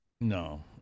No